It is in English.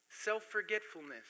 self-forgetfulness